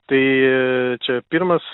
tai čia pirmas